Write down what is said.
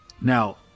now